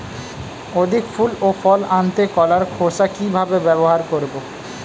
অধিক ফুল ও ফল আনতে কলার খোসা কিভাবে ব্যবহার করব?